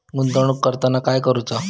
गुंतवणूक करताना काय करुचा?